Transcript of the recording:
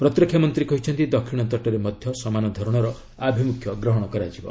ପ୍ରତିରକ୍ଷାମନ୍ତ୍ରୀ କହିଛନ୍ତି ଦକ୍ଷିଣ ତଟରେ ମଧ୍ୟ ସମାନଧରଣର ଆଭିମୁଖ୍ୟ ଗ୍ରହଣ କରାଯିବ